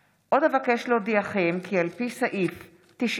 הצעת חוק מעמד ותיקי מלחמת העולם השנייה (תיקון,